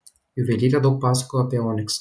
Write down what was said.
juvelyrė daug pasakojo apie oniksą